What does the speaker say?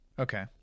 okay